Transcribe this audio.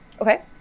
Okay